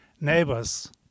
neighbors